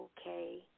okay